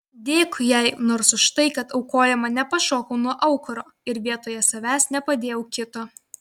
dėkui jai nors už tai kad aukojama nepašokau nuo aukuro ir vietoje savęs nepadėjau kito